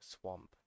swamp